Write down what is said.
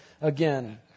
again